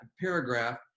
paragraph